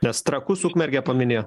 nes trakus ukmergę paminėjo